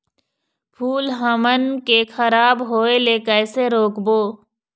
फूल हमन के खराब होए ले कैसे रोकबो?